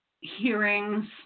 hearings